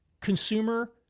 consumer